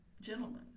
gentlemen